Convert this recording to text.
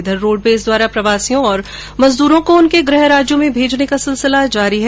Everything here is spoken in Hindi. इधर रोडवेज द्वारा प्रवासियों और मजदूरों को उनके गृह राज्यों में भेजने का सिलसिला जारी है